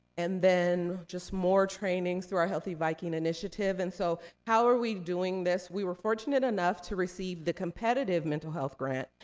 and then, just more trainings through our healthy viking initiative. and so, how are we doing this? we were fortunate enough to receive the competitive mental health grant,